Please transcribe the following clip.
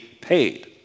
paid